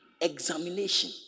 examination